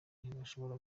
ntibashobora